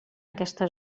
aquesta